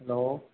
hello